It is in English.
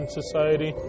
society